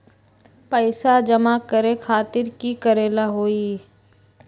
पैसा जमा करे खातीर की करेला होई?